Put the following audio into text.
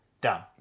done